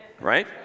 Right